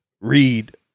read